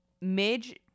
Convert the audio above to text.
Midge